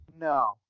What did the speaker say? No